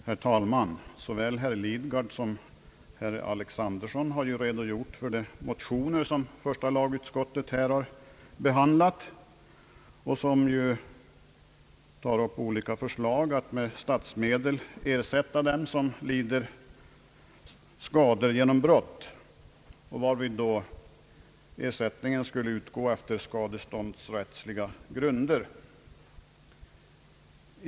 Herr talman! Såväl herr Lidgard som herr Alexanderson har redogjort för de motioner som första lagutskottet har behandlat i föreliggande utlåtande och som tar upp olika förslag att med statsmedel ersätta den som lidit skada genom brott, varvid ersättningen skulle utgå efter skadeståndsrättsliga grunder.